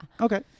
Okay